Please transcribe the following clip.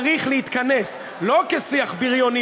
צריך להתכנס לא כשיח בריוני,